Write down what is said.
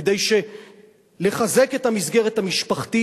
כדי לחזק את המסגרת המשפחתית,